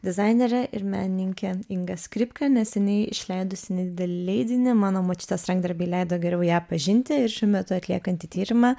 dizainerė ir menininkė inga skripka neseniai išleidusi nedidelį leidinį mano močiutės rankdarbiai leido geriau ją pažinti ir šiuo metu atliekanti tyrimą